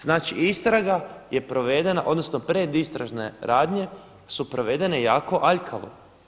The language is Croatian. Znači istraga je provedena odnosno predistražne radnje su provedene jako aljkavo.